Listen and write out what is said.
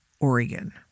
oregon